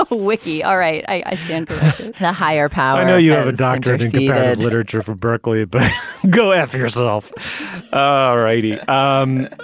ah whiskey all right. i spent her higher power. i know you have a doctorate in literature from berkeley but go after yourself ah all righty. um